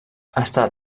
està